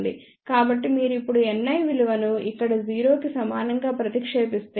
కాబట్టి మీరు ఇప్పుడు Ni విలువను ఇక్కడ 0 కి సమానంగా ప్రతిక్షేపిస్తే